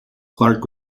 clark